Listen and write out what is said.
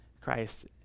Christ